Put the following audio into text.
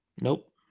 Nope